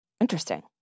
Interesting